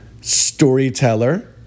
Storyteller